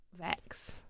vex